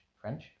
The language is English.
French